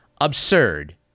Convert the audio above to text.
absurd